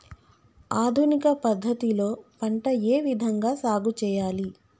ఆధునిక పద్ధతి లో పంట ఏ విధంగా సాగు చేయాలి?